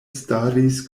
staris